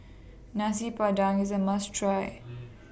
Nasi Padang IS A must Try